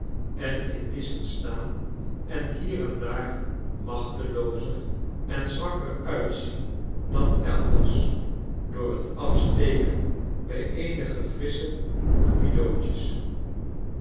en in nissen staan en hier en daar machteloozer en zwakker uitzien dan elders door het afsteken bij eenige frissche cupidootjes